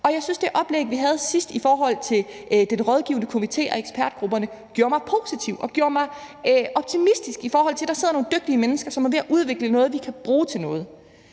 Jeg synes, det oplæg, vi havde sidst i forhold til den rådgivende komité og ekspertgrupperne, gjorde mig positiv og gjorde mig optimistisk, i forhold til at der sidder nogle dygtige mennesker, som er ved at udvikle noget, vi kan bruge til noget.